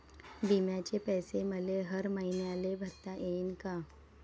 बिम्याचे पैसे मले हर मईन्याले भरता येईन का?